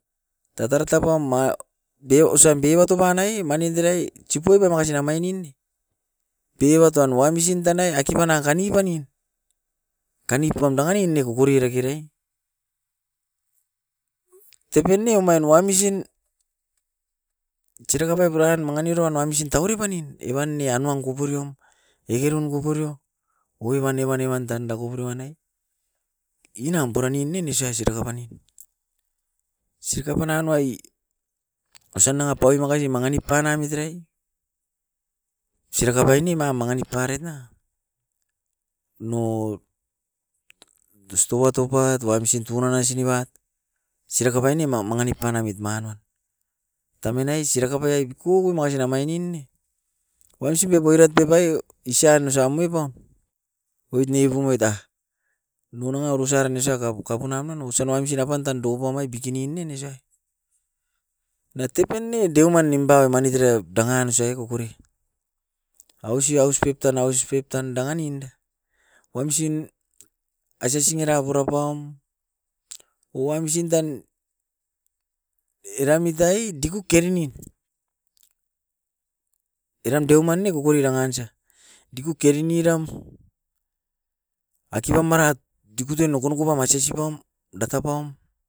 Tatara tapam ma bio osam bioba tubanae manit era sipue makasin amain nin bebatoan wamsin tanai akibanaka nibanin. Kanitoan nanga nin ne kokore rekere, tepen ne omain wamisin siraka pai purain manga niroun wamsin tauare banin, evan ne anuan koporio, kekerun koporio oi evan, evan, evan tanda koporio enai inam puran ninen esuai siraka bani. Siraka pana nuai osan nanga paui makasi manginip panaimit erae, siraka painima manginip parait na. Nou tustoua toupat wamsin tunan aisin nibat, siraka pai ne ma manginip panamit manuan. Tamanai siraka pai bikoko maisena omain nin, wamsin piapoirat pep ai isan osamue paun oit ne bunoit ta, nou nanga orosa runesa kapun aman osan wamsin apan tan dopomai bikinin nen osa. Na tepen ne deuman nimpai manit erae dangan osai kokore, ausi, aus pep tan, aus pep tan danga nin. Wamsin aise ngera pura paum, o wamsin tan era muitai diku kerenin. Eram deuman ne kokore rangan isa, diku kerin iram akipa marat dikutun nokonoko pam, aisesi pam, dakapam.